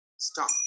Stop